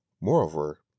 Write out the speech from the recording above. Moreover